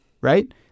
Right